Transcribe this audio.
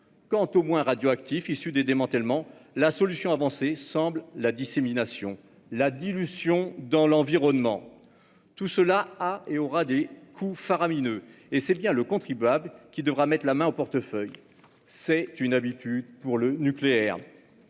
Pour les moins radioactifs, issus des démantèlements, la solution avancée semble être la dissémination, la dilution dans l'environnement. Tout cela a et aura des coûts faramineux, et c'est bien le contribuable qui devra mettre la main au portefeuille- une habitude pour le nucléaire